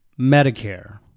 Medicare